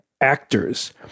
actors